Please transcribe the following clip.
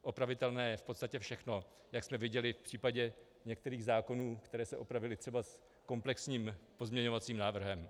Opravitelné je v podstatě všechno, jak jsme viděli i v případě některých zákonů, které se opravily třeba komplexním pozměňovacím návrhem.